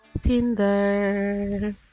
Tinder